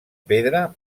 pedra